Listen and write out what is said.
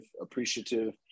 appreciative